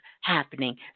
happening